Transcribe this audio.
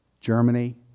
Germany